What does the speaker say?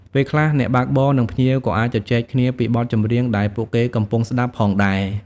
ពេលខ្លះ អ្នកបើកបរនិងភ្ញៀវក៏អាចជជែកគ្នាពីបទចម្រៀងដែលពួកគេកំពុងស្តាប់ផងដែរ។